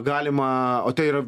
galima o tai yra